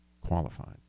qualified